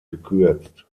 gekürzt